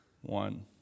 one